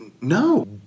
No